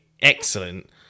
Excellent